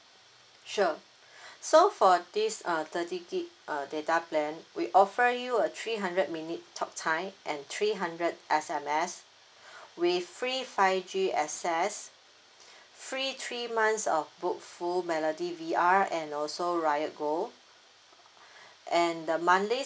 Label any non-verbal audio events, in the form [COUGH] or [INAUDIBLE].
sure [BREATH] so for this uh thirty gig uh data plan we offer you a three hundred minute talk time and three hundred S_M_S [BREATH] with free five G access [BREATH] free three months of bookful melody V_R and also riotgo [BREATH] and the monthly